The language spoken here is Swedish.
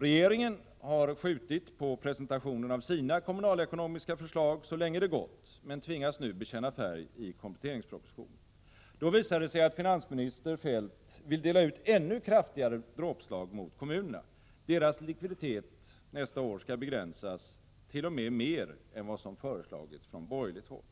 Regeringen har skjutit på presentationen av sina kommunalekonomiska förslag så länge det gått, men tvingas nu bekänna färg i kompletteringspropositionen. Då visade det sig att finansminister Feldt vill dela ut ännu kraftigare dråpslag mot kommunerna. Deras likviditet nästa år skall t.o.m. begränsas mer än vad som föreslagits från borgerligt håll.